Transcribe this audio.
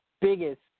biggest